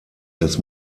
das